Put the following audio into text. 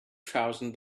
thousand